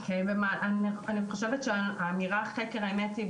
אני חושבת שהאמירה חקר האמת היא